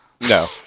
No